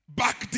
back